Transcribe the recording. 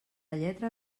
lletra